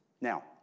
Now